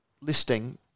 listing